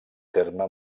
terme